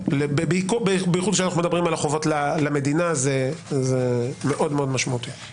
בייחוד כשאנחנו מדברים על החובות למדינה זה משמעותי מאוד.